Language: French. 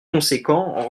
conséquent